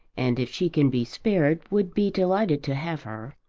and if she can be spared would be delighted to have her.